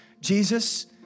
Jesus